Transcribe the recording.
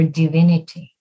divinity